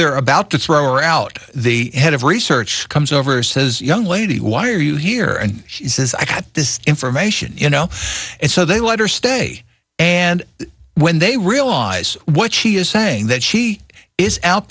they're about to throw her out the head of research comes over says young lady why are you here and she says i got this information you know and so they let her stay and when they realize what she is saying that she is